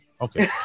okay